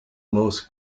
most